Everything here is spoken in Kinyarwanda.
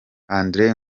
andré